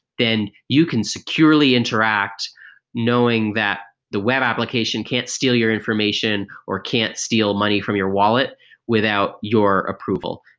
then you can securely interact knowing that the web application can't steal your information or can't steal money from your wallet without your approval,